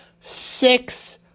six